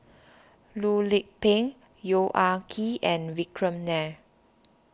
Loh Lik Peng Yong Ah Kee and Vikram Nair